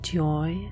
joy